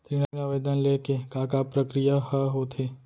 ऋण आवेदन ले के का का प्रक्रिया ह होथे?